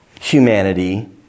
humanity